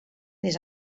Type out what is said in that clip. més